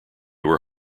were